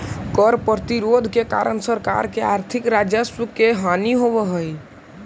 कर प्रतिरोध के कारण सरकार के आर्थिक राजस्व के हानि होवऽ हई